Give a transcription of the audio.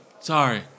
sorry